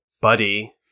buddy